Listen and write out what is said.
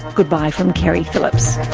goodbye from keri phillips